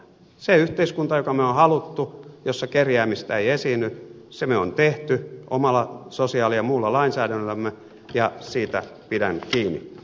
sen yhteiskunnan jonka me olemme halunneet jossa kerjäämistä ei esiinny me olemme tehneet omalla sosiaali ja muulla lainsäädännöllämme ja siitä pidän kiinni